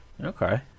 Okay